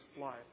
life